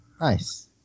nice